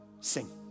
sing